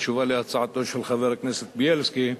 בתשובה על הצעתו של חבר הכנסת בילסקי.